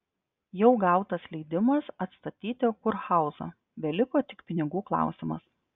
jau gautas leidimas atstatyti kurhauzą beliko tik pinigų klausimas